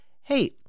hey